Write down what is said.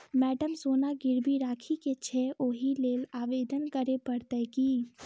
Madam सोना गिरबी राखि केँ छैय ओई लेल आवेदन करै परतै की?